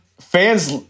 Fans